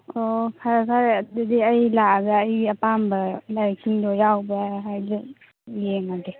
ꯑꯣ ꯐꯔꯦ ꯐꯔꯦ ꯑꯗꯨꯗꯤ ꯑꯩ ꯂꯥꯛꯑꯒ ꯑꯩ ꯑꯄꯥꯝꯕ ꯂꯥꯏꯔꯤꯛꯁꯤꯡꯗꯣ ꯌꯥꯎꯕ꯭ꯔꯥ ꯍꯥꯏꯗꯣ ꯌꯦꯡꯉꯒꯦ